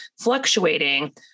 fluctuating